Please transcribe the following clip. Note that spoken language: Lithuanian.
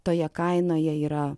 toje kainoje yra